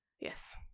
Yes